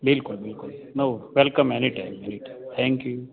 બિલકુલ બિલકુલ no welcome anytime anytime thank you